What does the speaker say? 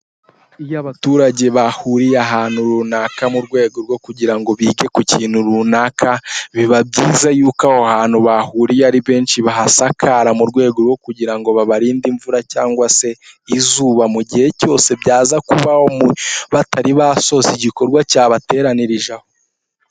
Iyo abaturage bahuriye ahantu runaka mu rwego rwo kugira ngo bige ku kintu runaka, biba byiza yuko aho hantu bahuriye ari benshi bahasakara mu rwego rwo kugira ngo babarinde imvura cyangwa se izuba mu gihe cyose byaza kubaho batari basoza igikorwa cyabateranirije aho.